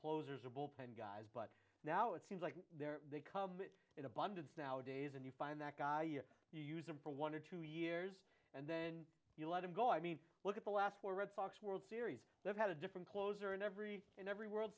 bullpen guys but now it seems like they come in abundance nowadays and you find that guy you know use him for one or two years and then you let him go i mean look at the last four red sox world series they've had a different closer in every in every world